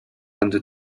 under